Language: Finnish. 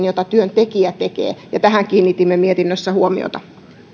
joita työntekijä tekee tähän kiinnitimme mietinnössä huomiota